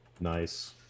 nice